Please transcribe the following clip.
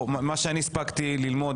ממה שאני הספקתי ללמוד,